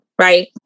right